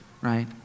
right